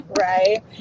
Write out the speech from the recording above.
right